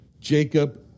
Jacob